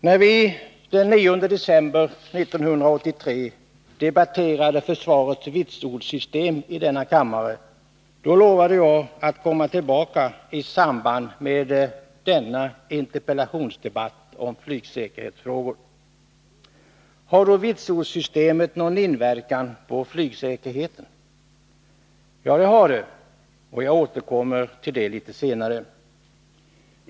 När vi den 9 december 1982 debatterade försvarets vitsordssystem i denna kammare, lovade jag att komma tillbaka i samband med denna interpellationsdebatt om flygsäkerhetsfrågor. Har då vitsordssystemet någon inverkan på flygsäkerheten? Ja, det har det, och jag återkommer till det litet senare.